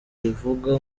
rivuga